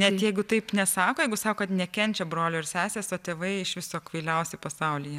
net jeigu taip nesako jeigu sako kad nekenčia brolio ir sesės o tėvai iš viso kvailiausi pasaulyje